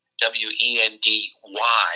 W-E-N-D-Y